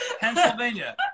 Pennsylvania